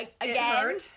again